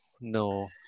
no